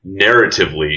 narratively